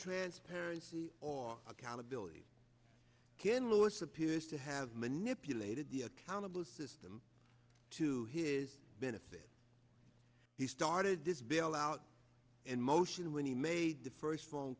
transparency or accountability ken lewis appears to have manipulated the accountable system to his benefit he started this bailout in motion when he made the first phone